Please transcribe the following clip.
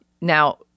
Now